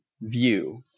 view